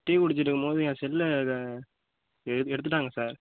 tea குடிச்சிட்டுருக்கும்போது என் செல்லை அதை எடு எடுத்துவிட்டாங்க சார்